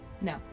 No